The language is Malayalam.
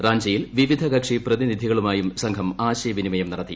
റാഞ്ചിയിൽ വിവിധ കക്ഷി പ്രതിനിധികളുമായും സംഘം ആശയിവിനിമയം നടത്തി